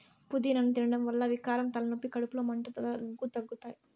పూదినను తినడం వల్ల వికారం, తలనొప్పి, కడుపులో మంట, దగ్గు తగ్గుతాయి